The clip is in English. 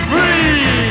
Free